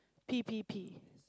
pee pee pee